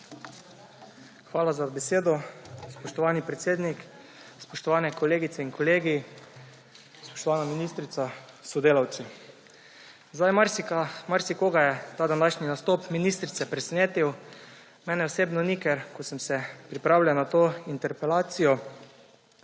Hvala za besedo, spoštovani predsednik. Spoštovane kolegice in kolegi, spoštovana ministrica s sodelavci! Marsikoga je ta današnji nastop ministrice presenetil. Mene osebno ni, ker ko sem se pripravljal na to interpelacijo,